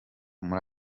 muri